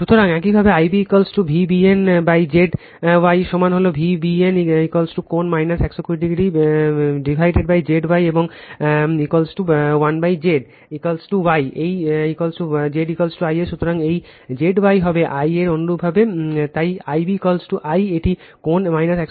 সুতরাং একইভাবে I b V bn Z Y হল সমান V bn কোণ 120o বিভক্ত Z Y এবং Z Y এই Z Y I a সুতরাং এই Z Y হবে I a অনুরূপভাবে পুট তাই I b I একটি কোণ 120o